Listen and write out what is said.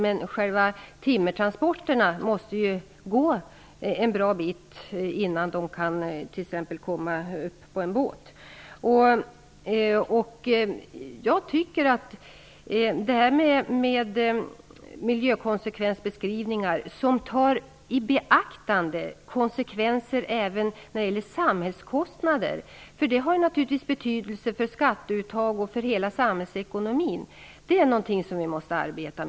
Men själva timmertransporterna måste gå en bit på vägar innan de kan komma på en båt. Jag tycker att vi i Sverige måste arbeta mycket mera med miljökonsekvensbeskrivningar som tar i beaktande konsekvenser även i form av samhällskostnader, som har betydelse för skatteuttag och för samhällsekonomin i stort.